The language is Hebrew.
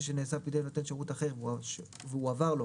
שנאסף בידי נותן שירות אחר והועבר לו